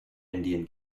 indian